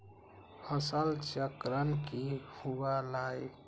फसल चक्रण की हुआ लाई?